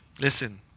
Listen